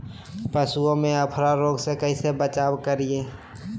पशुओं में अफारा रोग से कैसे बचाव करिये?